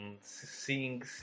seeing